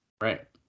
Right